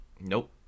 Nope